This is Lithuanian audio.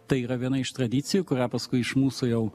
tai yra viena iš tradicijų kurią paskui iš mūsų jau